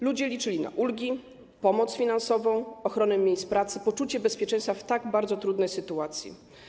Ludzie liczyli na ulgi, pomoc finansową, ochronę miejsc pracy, poczucie bezpieczeństwa w tak bardzo trudnej sytuacji.